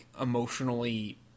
emotionally